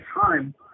time